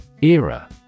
Era